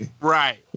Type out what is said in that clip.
Right